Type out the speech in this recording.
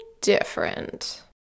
different